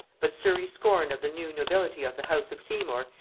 but surry's scorn of the new nobility of the house of seymour,